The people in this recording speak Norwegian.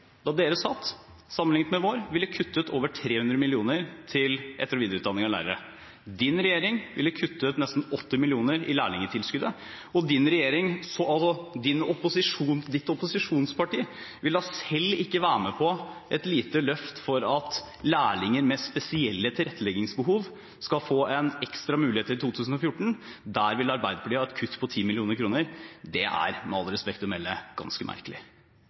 da dere satt – sammenliknet med vår, ville kutte ut over 300 mill. kr til etter- og videreutdanning av lærere, representantens regjering ville kutte ut nesten 80 mill. kr i lærlingtilskuddet og representantens opposisjonsparti vil selv ikke være med på et lite løft for at lærlinger med spesielle tilretteleggingsbehov skal få en ekstra mulighet i 2014. Der vil Arbeiderpartiet ha et kutt på 10 mill. kr. Det er – med respekt å melde – ganske merkelig.